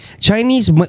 Chinese